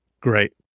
Great